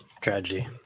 Tragedy